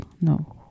No